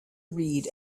read